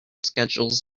schedules